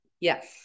Yes